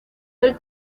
del